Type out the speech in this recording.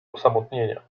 osamotnienia